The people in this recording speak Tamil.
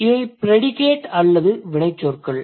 இவை ப்ரடிகேட் அல்லது வினைச்சொற்கள்